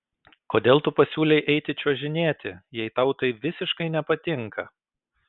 kodėl tu pasiūlei eiti čiuožinėti jei tau tai visiškai nepatinka